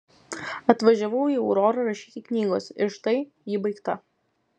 atvažiavau į aurorą rašyti knygos ir štai ji baigta